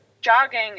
jogging